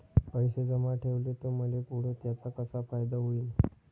पैसे जमा ठेवले त मले पुढं त्याचा कसा फायदा होईन?